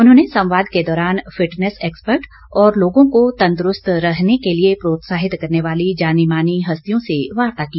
उन्होंने संवाद के दौरान फिटनेस एक्सपर्ट और लोगों को तंदुरूस्त रहने के लिए प्रोत्साहित करने वाली जानी मानी हस्तियों से वार्ता की